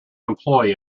employee